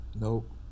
Nope